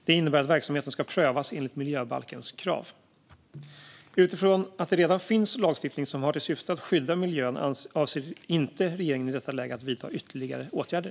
Det innebär att verksamheten ska prövas enligt miljöbalkens krav. Utifrån att det redan finns lagstiftning som har till syfte att skydda miljön avser regeringen inte i detta läge att vidta ytterligare åtgärder.